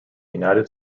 united